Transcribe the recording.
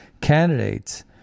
candidates